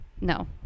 no